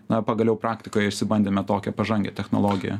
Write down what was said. na pagaliau praktikoje išsibandėme tokią pažangią technologiją